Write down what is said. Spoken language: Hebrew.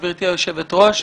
גברתי היושבת-ראש,